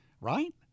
right